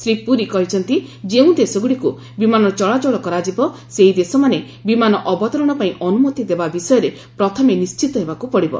ଶ୍ରୀ ପୁରୀ କହିଛନ୍ତି ଯେଉଁ ଦେଶଗୁଡ଼ିକୁ ବିମାନ ଚଳାଚଳ କରାଯିବ ସେହି ଦେଶମାନେ ବିମାନ ଅବତରଣ ପାଇଁ ଅନୁମତି ଦେବା ବିଷୟରେ ପ୍ରଥମେ ନିଶ୍ଚିତ ହେବାକୁ ପଡ଼ିବ